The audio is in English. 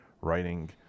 writing